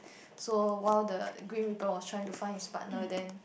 so while the grim reaper was trying to find his partner then